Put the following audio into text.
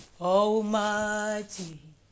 Almighty